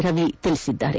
ರವಿ ತಿಳಿಸಿದ್ದಾರೆ